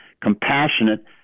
compassionate